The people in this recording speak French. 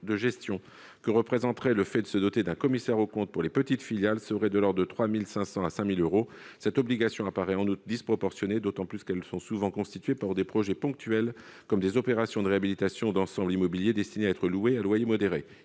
de gestion que représenterait le fait de se doter d'un commissaire aux comptes pour les petites filiales serait de l'ordre de 3500 euros à 5 000 euros. Cette obligation apparaît en outre disproportionnée, d'autant que ces filiales sont souvent constituées pour des projets ponctuels, comme des opérations de réhabilitation d'ensembles immobiliers destinés à être loués à loyer modéré.